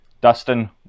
Dustin